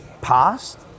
past